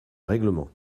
règlement